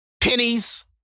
Pennies